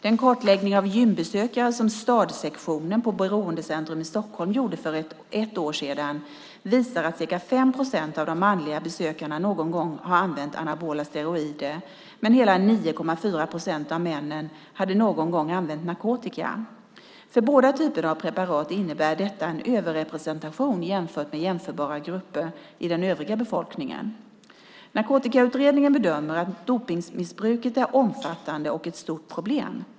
Den kartläggning av gymbesökare som Stadsektionen på Beroendecentrum i Stockholm gjorde för ett år sedan visar att ca 5 procent av de manliga besökarna någon gång hade använt anabola steroider men hela 9,4 procent av männen hade någon gång använt narkotika. För båda typerna av preparat innebär detta en överrepresentation jämfört med jämförbara grupper i den övriga befolkningen. Narkotikautredningen bedömer att dopningsmissbruket är omfattande och ett stort problem.